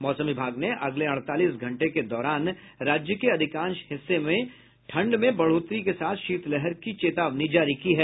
मौसम विभाग ने अगले अड़तालीस घंटे के दौरान राज्य के अधिकांश हिस्से में ठंड में बढ़ोतरी के साथ शीतलहर की चेतावनी जारी की है